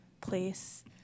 place